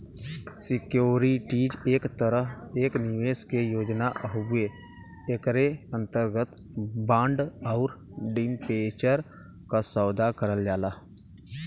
securities एक तरह एक निवेश के योजना हउवे एकरे अंतर्गत बांड आउर डिबेंचर क सौदा करल जाला